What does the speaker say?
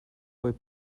where